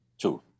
Two